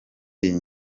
iyi